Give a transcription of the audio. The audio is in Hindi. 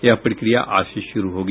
यह प्रक्रिया आज से शुरू होगी